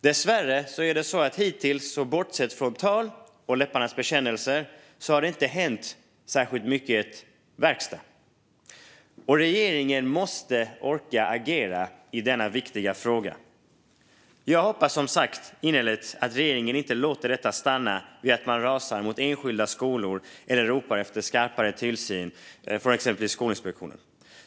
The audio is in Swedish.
Dessvärre är det så att bortsett från tal och läpparnas bekännelse har det inte blivit särskilt mycket verkstad. Regeringen måste orka agera i denna viktiga fråga. Jag hoppas som sagt innerligt att regeringen inte låter detta stanna vid att rasa mot enskilda skolor och att ropa efter skarpare tillsyn från till exempel Skolinspektionen.